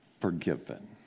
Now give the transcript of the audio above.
forgiven